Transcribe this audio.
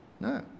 No